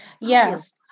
Yes